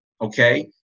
okay